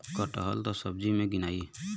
कटहल त सब्जी मे गिनाई